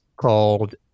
called